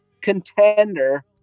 contender